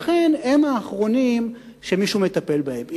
לכן הם האחרונים שמישהו מטפל בהם.